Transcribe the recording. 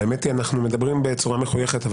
אנחנו מדברים בצורה מחויכת,